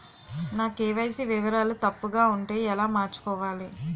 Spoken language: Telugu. నా కే.వై.సీ వివరాలు తప్పుగా ఉంటే ఎలా మార్చుకోవాలి?